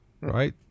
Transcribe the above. right